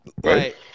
Right